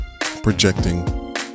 projecting